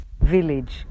village